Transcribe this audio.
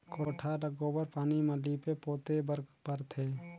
कोठार ल गोबर पानी म लीपे पोते बर परथे